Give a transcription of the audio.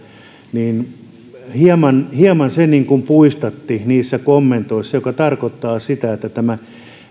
niin hieman hieman se puistatti niissä kommenteissa se tarkoittaa sitä että tämä